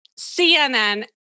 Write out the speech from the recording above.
CNN